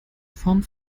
form